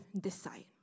decide